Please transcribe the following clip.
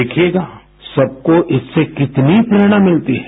देखिएगा सबको इससे कितनी प्रेरणा मिलती है